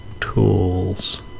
Tools